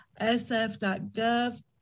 sf.gov